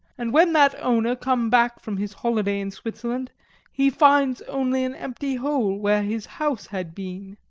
and when that owner come back from his holiday in switzerland he find only an empty hole where his house had been.